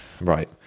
Right